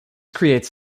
creates